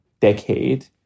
decade